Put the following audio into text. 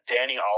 Danny